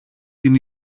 την